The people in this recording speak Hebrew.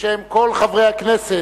ובשם כל חברי הכנסת,